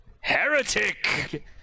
Heretic